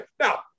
Now